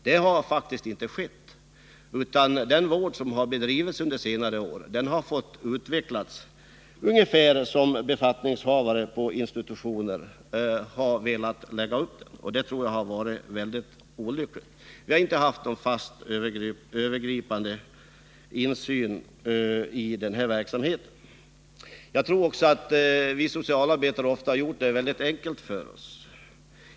Det har faktiskt inte skett, utan den vård som har bedrivits under senare år har fått utvecklas ungefär på det sätt som befattningshavare påiinstitutioner har velat lägga upp den på. Det tror jag har varit olyckligt. Vi har inte haft någon fast eller övergripande insyn i verksamheten. Jag tror att vi socialarbetare ofta har gjort det väldigt enkelt för oss.